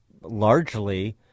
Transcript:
largely